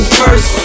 first